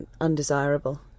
undesirable